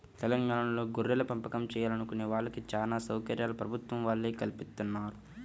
తెలంగాణాలో గొర్రెలపెంపకం చేయాలనుకునే వాళ్ళకి చానా సౌకర్యాలు ప్రభుత్వం వాళ్ళే కల్పిత్తన్నారు